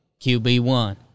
QB1